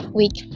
week